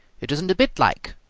it isn't a bit like.